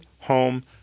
home